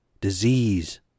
disease